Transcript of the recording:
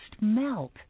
melt